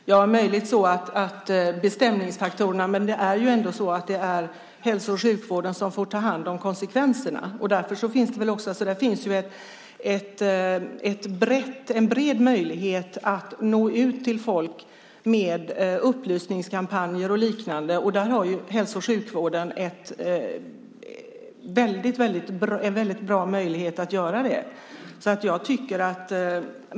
Fru talman! Det är möjligt att det är så med bestämningsfaktorerna. Men det är ändå hälso och sjukvården som får ta hand om konsekvenserna. Det finns en bred möjlighet att nå ut till människor med upplysningskampanjer och liknande. Där har hälso och sjukvården en väldigt bra möjlighet att göra det.